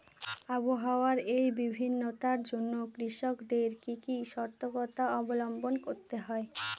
আবহাওয়ার এই ভিন্নতার জন্য কৃষকদের কি কি সর্তকতা অবলম্বন করতে হবে?